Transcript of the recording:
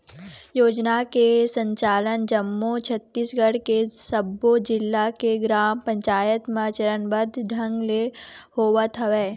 योजना के संचालन जम्मो छत्तीसगढ़ के सब्बो जिला के ग्राम पंचायत म चरनबद्ध ढंग ले होवत हवय